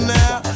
now